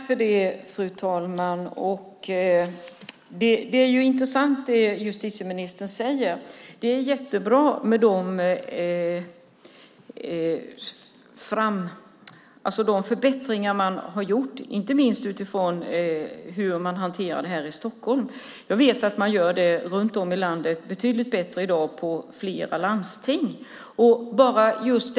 Fru talman! Det justitieministern säger är intressant. Det är jättebra med de förbättringar man har gjort, inte minst när det gäller hur man hanterar det här i Stockholm. Jag vet att man gör det betydligt bättre i dag i flera landsting runt om i landet.